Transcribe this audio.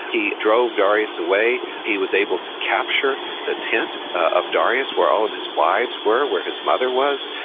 he drove darius away. he was able to capture the tent of darius, where all of his wives were, where his mother was,